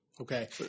Okay